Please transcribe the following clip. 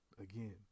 again